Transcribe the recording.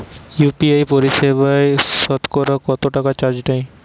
UPI পরিসেবায় সতকরা কতটাকা চার্জ নেয়?